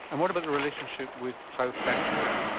and what about the relationship with how fat you were?